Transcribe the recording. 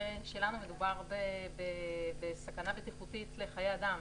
שלנו מדובר בסכנה בטיחותית לחיי אדם.